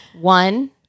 One